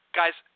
guys